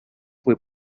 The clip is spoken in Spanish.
fue